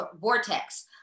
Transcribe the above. vortex